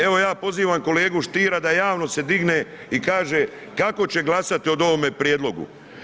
Evo ja pozivam kolegu Stiera da javno se digne i kaže kako će glasati o ovome prijedlogu.